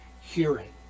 hearing